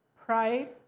pride